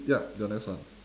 yup your next one